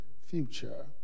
future